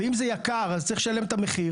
ואם זה יקר אז צריך לשלם את המחיר,